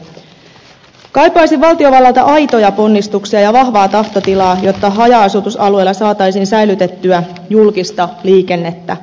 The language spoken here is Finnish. kaipaisin valtiovallalta aitoja ponnistuksia ja vahvaa tahtotilaa jotta haja asutusalueilla saataisiin säilytettyä julkista liikennettä